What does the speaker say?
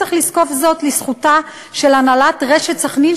צריך לזקוף זאת לזכותה של הנהלת רשת סח'נין,